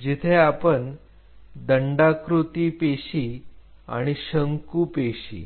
जिथे आपण दंडाकृती पेशी आणि शंकू पेशी